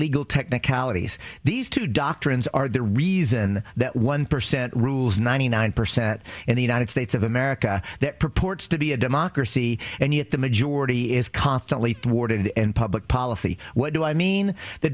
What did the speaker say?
legal technicalities these two doctrines are the reason that one percent rules ninety nine percent in the united states of america that purports to be a democracy and yet the majority is constantly thwarted in public policy what do i mean the